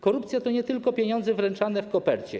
Korupcja to nie tylko pieniądze wręczane w kopercie.